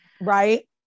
Right